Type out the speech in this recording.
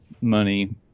money